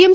M